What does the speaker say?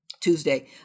Tuesday